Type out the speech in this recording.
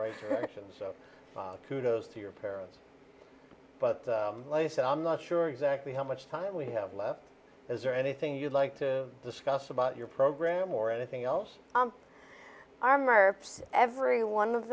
right direction so kudos to your parents but like i said i'm not sure exactly how much time we have left is there anything you'd like to discuss about your program or anything else armor every one of